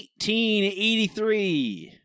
1883